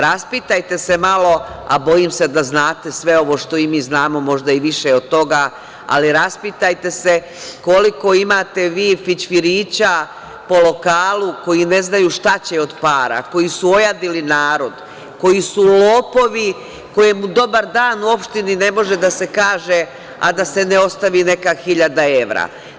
Raspitajte se malo, a bojim se da znate sve ovo što i mi znamo, možda i više od toga, ali raspitajte se koliko imate vi fićfirića po lokalu koji ne znaju šta će od para, koji su ojadili narod, koji su lopovi, kojem dobar dan uopšte ne može da se kaže, a da se ne ostavi neka hiljada evra.